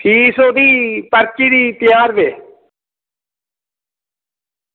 fees ओह्दी पर्ची दी पंजाह् रपेऽ